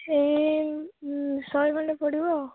ଏଇ ଶହେ ଖଣ୍ଡେ ପଡ଼ିବ